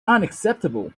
unacceptable